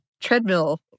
treadmill